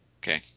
Okay